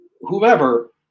whoever